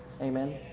Amen